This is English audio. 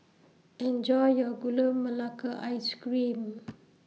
Enjoy your Gula Melaka Ice Cream